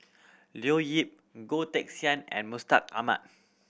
Leo Yip Goh Teck Sian and Mustaq Ahmad